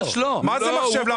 מה זה מחשב?